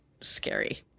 scary